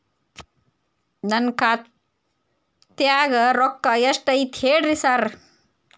ನನ್ ಖಾತ್ಯಾಗ ರೊಕ್ಕಾ ಎಷ್ಟ್ ಐತಿ ಹೇಳ್ರಿ ಸಾರ್?